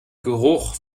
geruch